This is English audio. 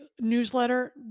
newsletter